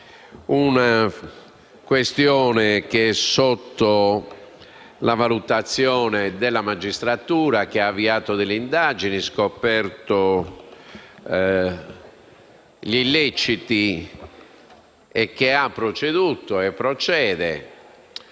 una questione che è sotto la valutazione della magistratura, la quale ha avviato delle indagini e scoperto gli illeciti. La magistratura ha proceduto e procede,